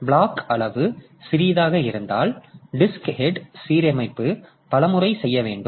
எனவே பிளாக் அளவு சிறியதாக இருந்தால் அதாவது டிஸ்க் ஹெட் சீரமைப்பு பல முறை செய்ய வேண்டும்